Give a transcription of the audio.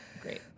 Great